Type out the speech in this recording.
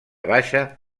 baixa